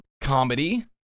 Comedy